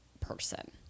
person